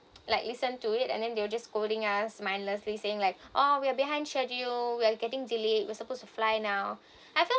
like listen to it and then they were just scolding us mindlessly saying like oh we're behind schedule we're getting delay was supposed to fly now I feel